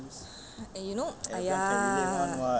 and you know !aiya!